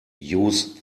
use